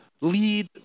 lead